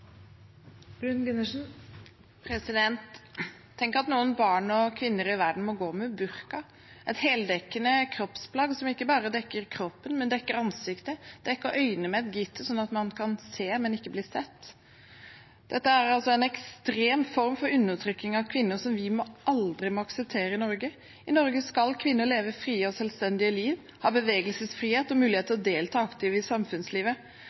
at noen barn og kvinner i verden må gå med burka, et heldekkende kroppsplagg som ikke bare dekker kroppen, men også ansiktet, som dekker øynene med et gitter, slik at man kan se, men ikke bli sett. Dette er en ekstrem form for undertrykking av kvinner som vi aldri må akseptere i Norge. I Norge skal kvinner leve frie og selvstendige liv, ha bevegelsesfrihet og mulighet til å delta aktivt i samfunnslivet.